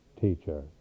teacher